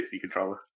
controller